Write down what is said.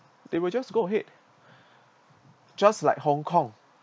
they will just go ahead just like hong kong